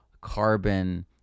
carbon